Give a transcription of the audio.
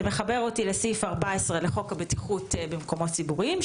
זה מחבר אותי לסעיף 14 לחוק הבטיחות במקומות ציבוריים,